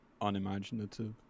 unimaginative